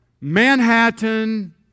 Manhattan